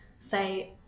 say